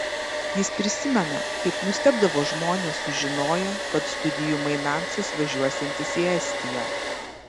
jis prisimena kaip nustebdavo žmonės sužinoję kad studijų mainams jis važiuosiantis į estiją